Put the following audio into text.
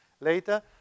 later